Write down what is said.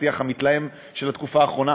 בשיח המתלהם של התקופה האחרונה.